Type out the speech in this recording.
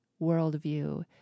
worldview